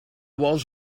was